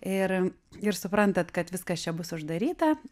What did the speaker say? ir ir suprantat kad viskas čia bus uždaryta